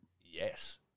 Yes